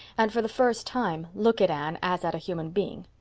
and for the first time look at anne as at a human being.